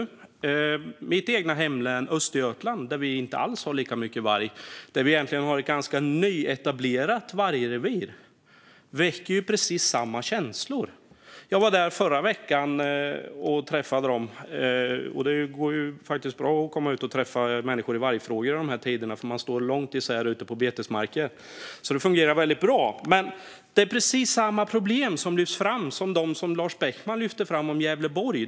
I mitt eget hemlän Östergötland har vi inte alls lika mycket varg. Vi har ett ganska nyetablerat vargrevir, men detta väcker precis samma känslor. Jag var där förra veckan. Det går faktiskt bra att komma ut och träffa människor i vargfrågor i dessa tider - folk står långt isär ute på betesmarker, så det fungerar väldigt bra. Precis samma problem lyftes fram där som Lars Beckman lyfte fram för Gävleborg.